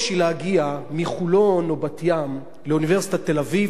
להגיע באוטובוס מחולון או בת-ים לאוניברסיטת תל-אביב,